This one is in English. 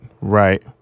right